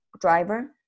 driver